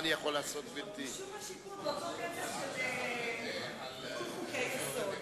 קיבלנו הצהרה של ארצות-הברית,